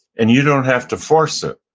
and you don't have to force it.